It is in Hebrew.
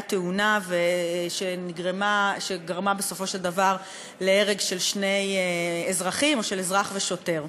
תאונה שגרמה בסופו של דבר להרג של שני אזרחים או של אזרח ושוטר.